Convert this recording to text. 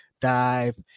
dive